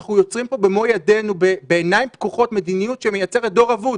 אנחנו יוצרים פה במו ידינו בעיניים פקוחות מדיניות שמייצרת דור אבוד.